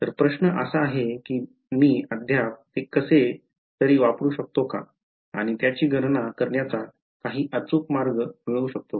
तर प्रश्न असा आहे की मी अद्याप ते कसे तरी वापरु शकतो का आणि त्याची गणना करण्याचा काही अचूक मार्ग मिळवू शकतो का